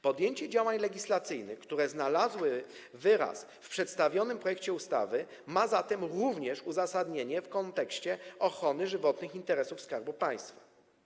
Podjęcie działań legislacyjnych, które znalazły wyraz w przedstawionym projekcie ustawy, ma zatem również uzasadnienie w kontekście ochrony żywotnych interesów Skarbu Państwa.